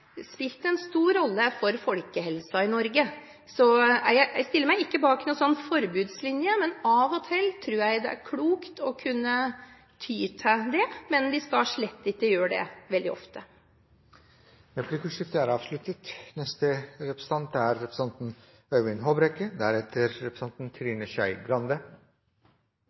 spilt en stor rolle for folkehelsen i Norge. Jeg stiller meg ikke bak noen sånn forbudslinje, men av og til tror jeg det er klokt å kunne ty til det – men vi skal slett ikke gjøre det veldig ofte. Replikkordskiftet er avsluttet. Vi debatterer statsbudsjettet, rammeområde 2. Det forteller oss noe om at det vi egentlig driver med i denne debatten, er